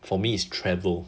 for me is travel